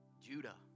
Judah